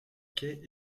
quais